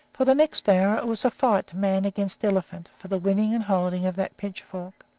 for the next hour it was a fight, man against elephant, for the winning and holding of that pitchfork.